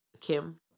Kim